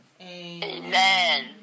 Amen